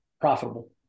profitable